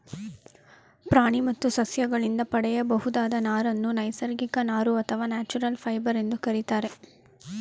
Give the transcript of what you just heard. ಪ್ರಾಣಿ ಮತ್ತು ಸಸ್ಯಗಳಿಂದ ಪಡೆಯಬಹುದಾದ ನಾರನ್ನು ನೈಸರ್ಗಿಕ ನಾರು ಅಥವಾ ನ್ಯಾಚುರಲ್ ಫೈಬರ್ ಎಂದು ಕರಿತಾರೆ